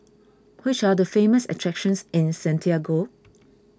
which are the famous attractions in Santiago